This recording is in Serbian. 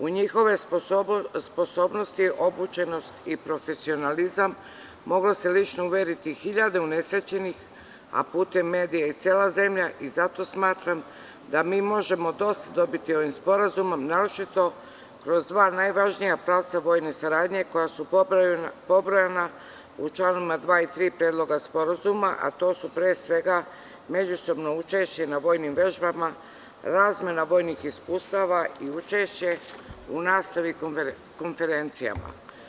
U njihove sposobnosti, obučenost i profesionalizam moglo se lično uveriti hiljade unesrećenih, a putem medija i cela zemlja i zato smatram da mi možemo dosta dobiti ovim sporazumom, naročito kroz dva najvažnija pravca vojne saradnje koja su pobrojana u članovima 2. i 3. Predloga sporazuma, a to su pre svega međusobno učešće na vojnim vežbama, razmena vojnih iskustava i učešće u nastavi na konferencijama.